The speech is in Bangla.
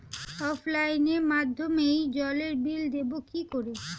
অফলাইনে মাধ্যমেই জলের বিল দেবো কি করে?